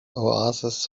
oasis